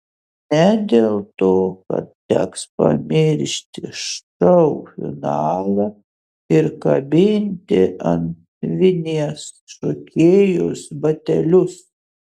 ne dėl to kad teks pamiršti šou finalą ir kabinti ant vinies šokėjos batelius